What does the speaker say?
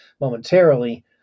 momentarily